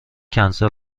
کنسل